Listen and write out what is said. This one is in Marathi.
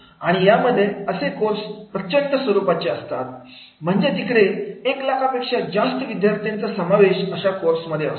आणि यामध्ये असे कोर्स प्रचंड स्वरूपाच्या असतात म्हणजे तिकडे एक लाखापेक्षा जास्त विद्यार्थ्यांचा समावेश अशा कोर्समध्ये असतो